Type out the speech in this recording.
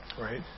Right